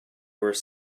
were